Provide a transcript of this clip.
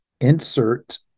insert